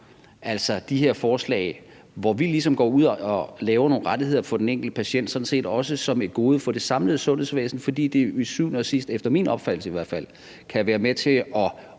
også de her forslag, hvor vi ligesom går ud og foreslår nogle rettigheder for den enkelte patient, som et gode for det samlede sundhedsvæsen, fordi det til syvende og sidst, i hvert fald efter min opfattelse, kan være med til at